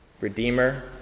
redeemer